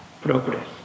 progress